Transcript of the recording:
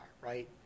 right